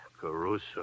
Caruso